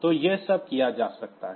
तो ये सब किया जा सकता है